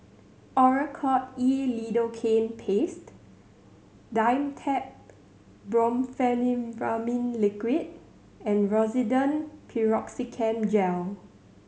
Oracort E Lidocaine Paste Dimetapp Brompheniramine Liquid and Rosiden Piroxicam Gel